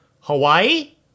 Hawaii